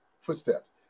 footsteps